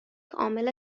عامل